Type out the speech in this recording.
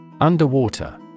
Underwater